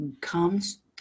comes